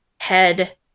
head